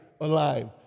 alive